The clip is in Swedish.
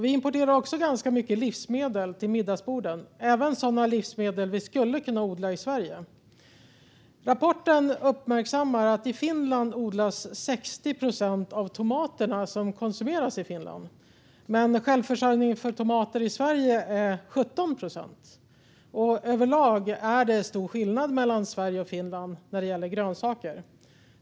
Vi importerar också ganska mycket livsmedel till middagsborden, även sådana livsmedel som vi skulle kunna odla i Sverige. Rapporten uppmärksammar att i Finland odlas 60 procent av tomaterna som konsumeras i Finland, men självförsörjningen av tomater i Sverige är 17 procent. Överlag är det stor skillnad mellan Sverige och Finland när det gäller grönsaker.